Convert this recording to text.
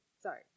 Sorry